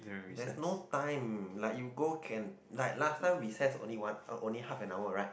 there's no time like you go can like last time recess only one uh only half an hour right